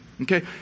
Okay